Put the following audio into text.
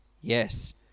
Yes